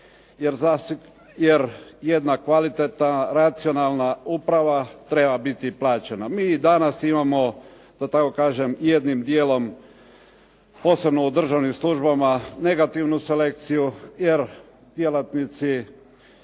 jer jedna kvalitetna, racionalna uprava treba biti plaćena. Mi i danas imamo, da tako kažem, jednim dijelom posebno u državnim službama negativnu selekciju jer djelatnici